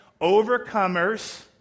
overcomers